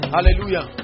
Hallelujah